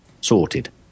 Sorted